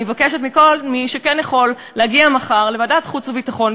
אני מבקשת מכל מי שכן יכול להגיע מחר לוועדת חוץ וביטחון,